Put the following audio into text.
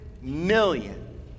million